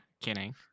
Kidding